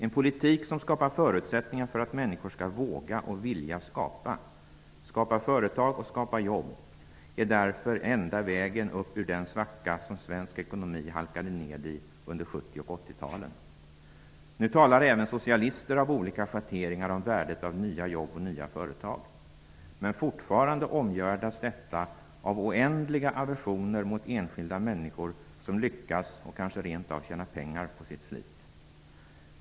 En politik som skapar förutsättningar för att människor skall våga och vilja skapa -- skapa företag och skapa jobb -- är därför enda vägen upp ur den svacka som svensk ekonomi halkade ned i under 70 och 80-talen. Nu talar även socialister av olika schatteringar om värdet av nya jobb och nya företag. Men fortfarande omgärdas detta av oändliga aversioner mot enskilda människor som lyckas och kanske rent av tjänar pengar på sitt slit.